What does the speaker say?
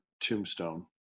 tombstone